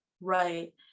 right